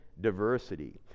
diversity